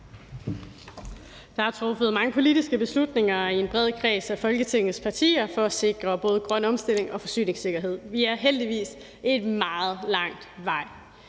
Der er truffet mange politiske beslutninger i en bred kreds af Folketingets partier for at sikre både grøn omstilling og forsyningssikkerhed. Vi er heldigvis nået en meget lang vej